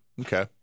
Okay